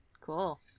Cool